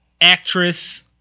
actress